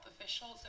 officials